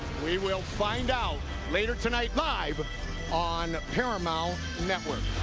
we will find out later tonight live on paramount network.